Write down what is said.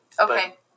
Okay